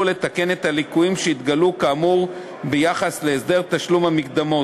לתקן את הליקויים שהתגלו כאמור ביחס להסדר תשלום המקדמות,